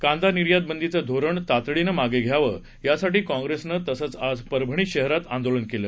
कांदा निर्यात बंदीचं धोरण तातडीनं माग घ्यावं यासाठी काँप्रेसनं तसंच आज परभणी शहरात आंदोलन केलं